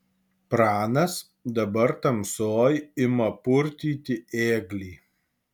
pranas dabar tamsoj ima purtyti ėglį